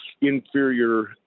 inferior